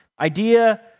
Idea